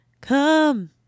Come